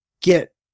get